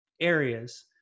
areas